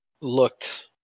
looked